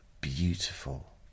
beautiful